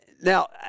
Now